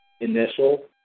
initial